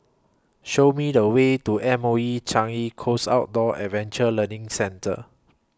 Show Me The Way to M O E Changi Coast Outdoor Adventure Learning Centre